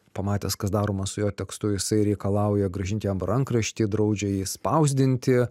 pamatęs kas daroma su jo tekstu jisai reikalauja grąžinti jam rankraštį draudžia jį spausdinti